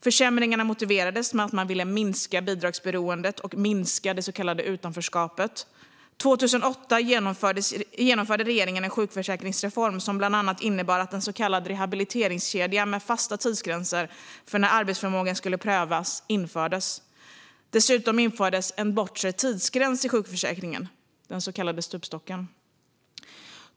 Försämringarna motiverades med att man ville minska bidragsberoendet och minska det så kallade utanförskapet. År 2008 genomförde regeringen en sjukförsäkringsreform som bland annat innebar att en så kallad rehabiliteringskedja med fasta tidsgränser för när arbetsförmågan skulle prövas infördes. Dessutom infördes en bortre tidsgräns i sjukförsäkringen, den så kallade stupstocken.